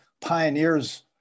pioneers